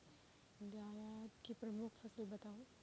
जायद की प्रमुख फसल बताओ